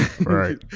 right